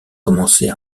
commençait